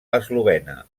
eslovena